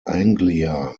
anglia